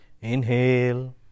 inhale